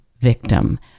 victim